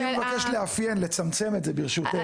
אני מבקש לאפיין, לצמצם את זה, ברשותך.